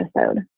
episode